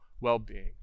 well-being